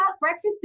breakfast